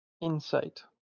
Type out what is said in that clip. insight